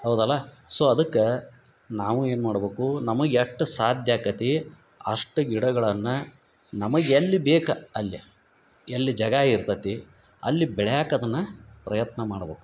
ಹೌದಲ್ಲ ಸೊ ಅದಕ್ಕೆ ನಾವು ಏನ್ಮಾಡ್ಬಕು ನಮಗೆ ಎಷ್ಟು ಸಾಧ್ಯ ಆಕತೀ ಅಷ್ಟು ಗಿಡಗಳನ್ನ ನಮಗೆಲ್ಲಿ ಬೇಕ ಅಲ್ಲೇ ಎಲ್ಲಿ ಜಗಾ ಇರ್ತೇತಿ ಅಲ್ಲಿ ಬೆಳ್ಯಾಕ ಅದನ್ನ ಪ್ರಯತ್ನ ಮಾಡ್ಬಕು